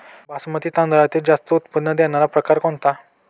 बासमती तांदळातील जास्त उत्पन्न देणारा प्रकार कोणता?